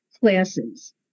classes